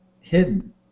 hidden